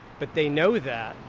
but they know that.